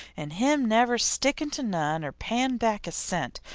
an' him never stickin to none or payin' back a cent,